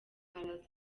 araza